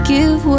Give